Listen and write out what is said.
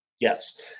Yes